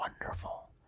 wonderful